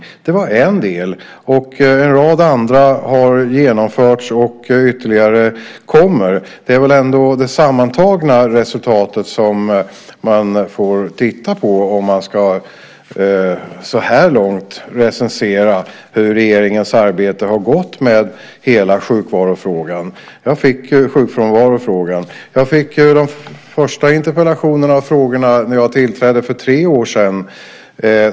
Det var en del. En rad andra saker har genomförts och ytterligare mer kommer. Det är väl ändå det sammantagna resultatet man får titta på om man ska, så här långt, recensera hur regeringens arbete med hela sjukfrånvarofrågan har gått. Jag fick ju de första interpellationerna och frågorna när jag tillträdde för tre år sedan.